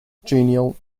genial